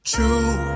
True